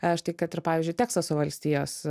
štai kad ir pavyzdžiui teksaso valstijos